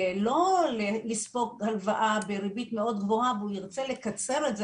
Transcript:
לא לספוג הלוואה בריבית מאוד גבוהה והוא ירצה לקצר את זה,